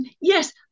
yes